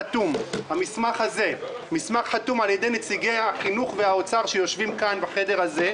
המסמך הזה חתום על-ידי נציגי החינוך והאוצר שיושבים כאן בחדר הזה.